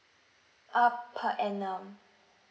uh per annum